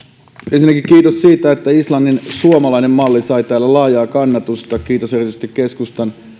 ensinnäkin kiitos siitä että suomalainen islannin malli sai täällä laajaa kannatusta kiitos erityisesti keskustan